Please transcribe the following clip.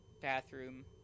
bathroom